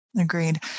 Agreed